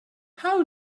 how